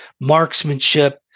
marksmanship